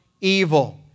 evil